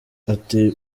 ati